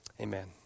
Amen